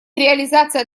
реализация